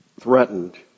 threatened